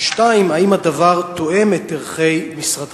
2. האם הדבר תואם את ערכי משרדך?